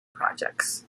projects